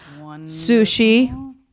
Sushi